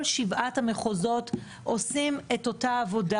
כל שבעת המחוזות עושים את אותה עבודה.